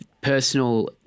personal